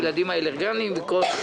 לילדים עם האלרגיות וכולי.